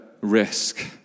risk